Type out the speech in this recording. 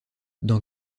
dans